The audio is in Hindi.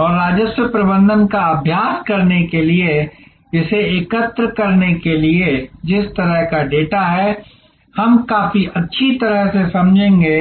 और राजस्व प्रबंधन का अभ्यास करने के लिए इसे एकत्र करने के लिए जिस तरह का डेटा है हम काफी अच्छी तरह से समझेंगे